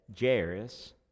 Jairus